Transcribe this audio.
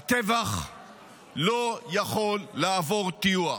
הטבח לא יכול לעבור טיוח.